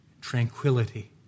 tranquility